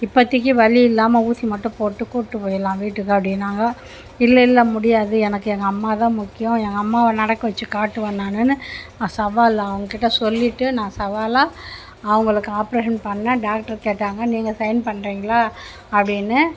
இப்போத்திக்கி வலி இல்லாமல் ஊசி மட்டும் போட்டு கூப்பிட்டு போயிடலாம் வீட்டுக்கு அப்டின்னாங்க இல்லை இல்லை முடியாது எனக்கு எங்கள் அம்மாதான் முக்கியம் எங்கள் அம்மாவை நடக்க வச்சு காட்டுவேன் நான்னு சவாலாக அவங்கக்கிட்டே சொல்லிவிட்டு நான் சவாலாக அவங்களுக்கு ஆப்ரேஷன் பண்ணேன் டாக்டர் கேட்டாங்க நீங்கள் சையின் பண்ணுறிங்களா அப்படின்னு